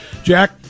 Jack